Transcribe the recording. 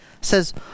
Says